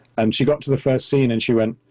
and she got to the first scene, and she went,